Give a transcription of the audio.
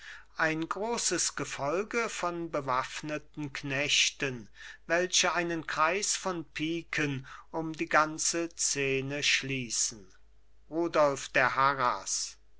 ein grosses gefolge von bewaffneten knechten welche einen kreis von piken um die ganze szene schliessen rudolf der